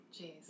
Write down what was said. Jeez